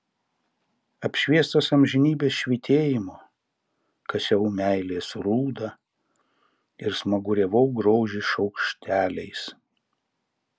apšviestas amžinybės švytėjimo kasiau meilės rūdą ir smaguriavau grožį šaukšteliais